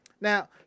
Now